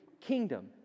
kingdom